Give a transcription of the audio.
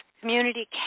community